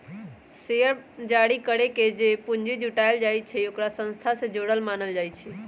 share जारी करके जे पूंजी जुटाएल जाई छई ओकरा संस्था से जुरल मानल जाई छई